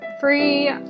free